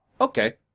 Okay